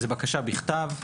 זו בקשה בכתב.